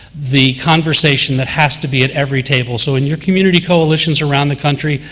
the conversation that has to be at every table. so in your community coalitions around the country,